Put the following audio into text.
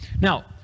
Now